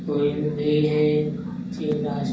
कोयल भी हैं पक्षी राष्ट्रीय